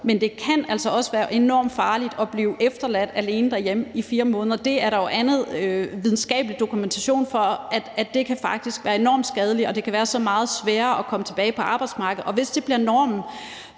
men det kan altså også være enormt farligt at blive efterladt alene derhjemme i 4 måneder. Der er jo videnskabelig dokumentation for, at det faktisk kan være enormt skadeligt, og at det kan gøre det meget sværere at komme tilbage på arbejdsmarkedet. Og hvis det bliver normen,